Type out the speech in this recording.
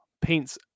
paints